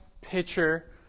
pitcher